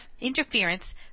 interference